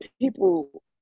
people